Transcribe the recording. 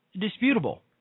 disputable